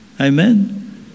Amen